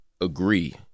agree